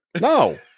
No